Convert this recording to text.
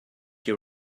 you